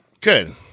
Good